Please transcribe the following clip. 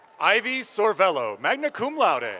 ivy sorvello, magna cum laude. and